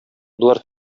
болар